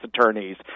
attorneys